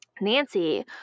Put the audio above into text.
Nancy